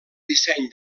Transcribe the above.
disseny